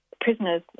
prisoners